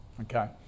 Okay